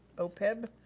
opeb,